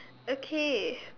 okay